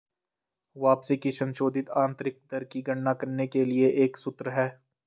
वापसी की संशोधित आंतरिक दर की गणना करने के लिए एक सूत्र है